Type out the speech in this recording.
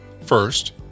First